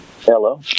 Hello